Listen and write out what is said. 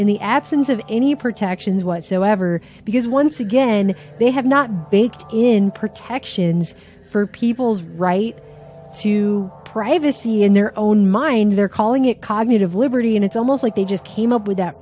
in the absence of any protections whatsoever because once again they have not baked in protections for people's right to privacy in their own mind they're calling it cognitive liberty and it's almost like they just came up with that